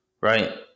right